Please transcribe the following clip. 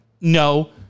no